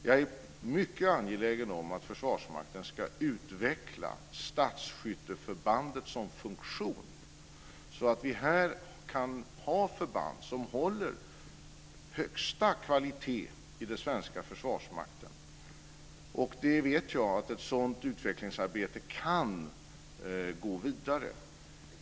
Jag är mycket angelägen om att Försvarsmakten ska utveckla stadsskytteförbandet som funktion, så att vi här kan ha förband som håller högsta kvalitet i den svenska försvarsmakten. Jag vet att ett sådant utvecklingsarbete kan gå vidare.